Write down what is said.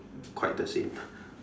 quite the same